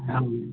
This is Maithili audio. हँ